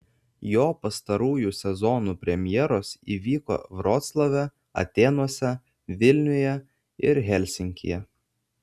jo pastarųjų sezonų premjeros įvyko vroclave atėnuose vilniuje ir helsinkyje